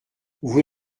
vous